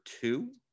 two